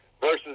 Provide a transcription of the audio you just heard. versus